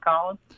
Colin